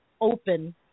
open